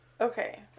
Okay